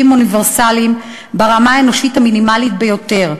אוניברסליים ברמה האנושית המינימלית ביותר.